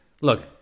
look